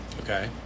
Okay